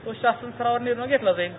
तो शासनस्तरावर निर्णय घेतला जाईल